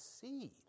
seed